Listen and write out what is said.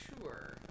sure